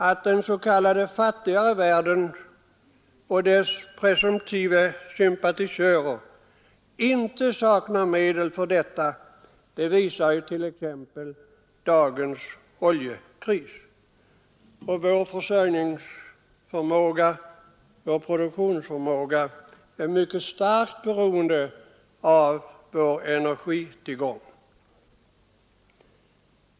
Att den s.k. fattiga världen och dess presumtiva sympatisörer inte saknar medel för detta visar t.ex. dagens oljekris. Och vår försörjningsoch produktionsförmåga är mycket starkt beroende av vår energitillgång.